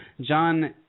John